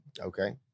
Okay